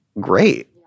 great